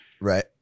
Right